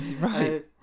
Right